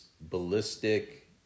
ballistic